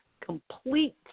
complete